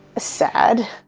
sad